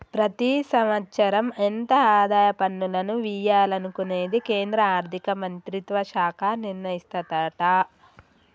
ప్రతి సంవత్సరం ఎంత ఆదాయ పన్నులను వియ్యాలనుకునేది కేంద్రా ఆర్థిక మంత్రిత్వ శాఖ నిర్ణయిస్తదట